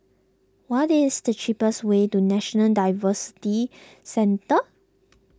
what is the cheapest way to National Diversity Centre